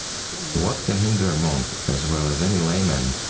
what can hinder a monk, as well as any layman,